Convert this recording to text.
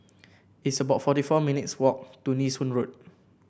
it's about forty four minutes walk to Nee Soon Road